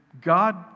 God